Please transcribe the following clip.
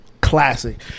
classic